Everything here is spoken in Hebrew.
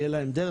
שהייה להם דרך,